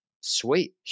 sweet